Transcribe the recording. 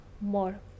more